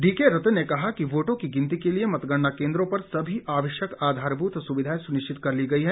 DK Ratna ने कहा कि वोटों की गिनती के लिए मतगणना केन्द्रों पर सभी आवश्यक आधारभूत सुविधाएं सुनिश्चित कर ली गई है